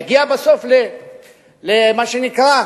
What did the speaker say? יגיע בסוף למה שנקרא,